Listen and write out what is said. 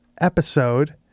episode